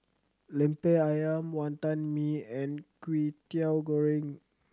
Lemper Ayam Wantan Mee and Kwetiau Goreng